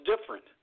different